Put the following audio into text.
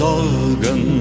Sorgen